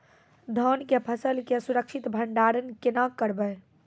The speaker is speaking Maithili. धान के फसल के सुरक्षित भंडारण केना करबै?